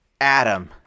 Adam